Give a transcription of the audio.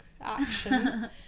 action